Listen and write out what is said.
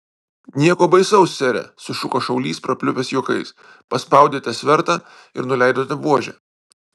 nieko baisaus sere sušuko šaulys prapliupęs juokais paspaudėte svertą ir nuleidote buožę